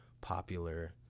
popular